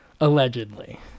Allegedly